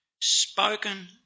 spoken